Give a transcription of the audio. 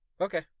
Okay